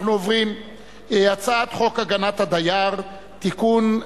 אנחנו עוברים להצעת חוק הגנת הדייר (תיקון,